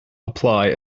apply